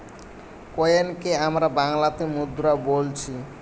কয়েনকে আমরা বাংলাতে মুদ্রা বোলছি